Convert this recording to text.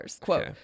Quote